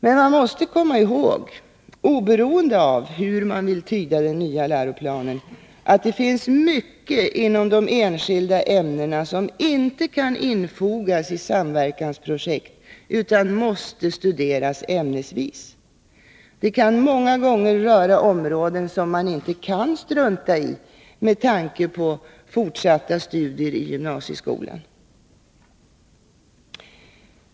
Men man måste komma ihåg — oberoende av hur man vill tyda den nya läroplanen — att det finns mycket inom de enskilda ämnena som inte kan infogas i samverkansprojekt utan måste studeras ämnesvis. Det kan många gånger röra områden som man inte kan strunta i med tanke på fortsatta studier i gymnasieskolan.